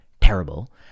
terrible